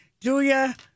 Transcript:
Julia